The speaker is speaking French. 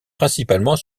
principalement